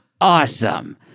Awesome